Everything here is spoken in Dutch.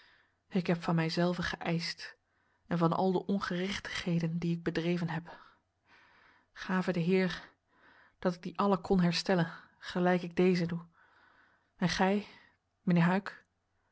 ik heb van mijzelven geijsd en van al de ongerechtigheden die ik bedreven heb gave de heer dat ik die alle kon herstellen gelijk ik deze doe en gij mijnheer huyck